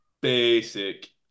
Basic